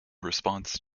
response